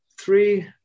three